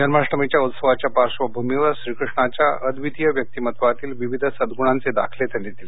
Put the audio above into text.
जन्माष्टमीच्या उत्सवाच्या पार्श्वभूमीवर श्रीकृष्णाच्या अद्वितीय व्यक्तिमत्त्वातील विविध सद्ग्रणांचे दाखले त्यांनी दिले